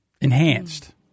Enhanced